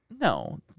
No